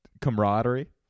camaraderie